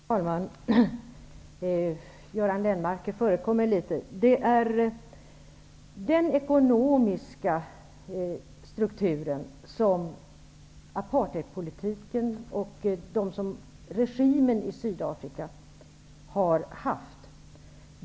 Fru talman! Göran Lennmarker förekom mig litet. Sydafrika kännetecknades ju av en reglerad ekonomi.